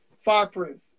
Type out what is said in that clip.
fireproof